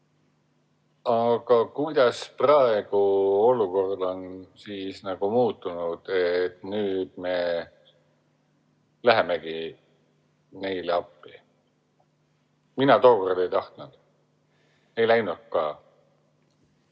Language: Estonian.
Aga kuidas praegu olukord on muutunud, et nüüd me lähemegi neile appi? Mina tookord ei tahtnud, ei läinud ka.